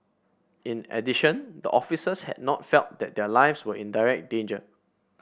in addition the officers had not felt that their lives were in direct danger